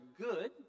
good